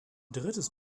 drittes